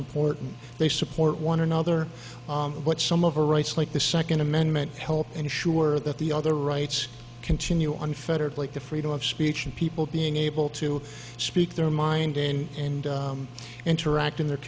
important they support one another but some of our rights like the second amendment help ensure that the other rights continue unfettered like the freedom of speech and people being able to speak their mind and interact in their